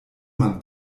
man